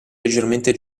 leggermente